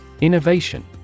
Innovation